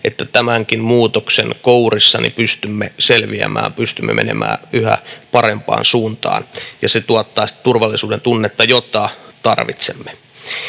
että tämänkin muutoksen kourissa pystymme selviämään, pystymme menemään yhä parempaan suuntaan. Se tuottaa sitä turvallisuudentunnetta, jota tarvitsemme.